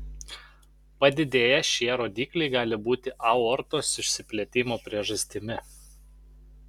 padidėję šie rodikliai gali būti aortos išsiplėtimo priežastimi